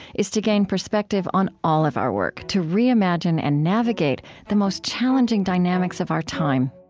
is to gain perspective on all of our work to re-imagine and navigate the most challenging dynamics of our time